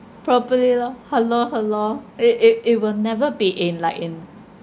probably lor ha lor ha lor it it it will never be in like in